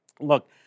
look